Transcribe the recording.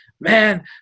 Man